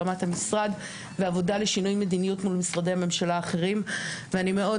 ברמת המשרד ועבודה לשינוי מדיניות מול משרדי הממשלה האחרים ואני מאוד